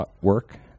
work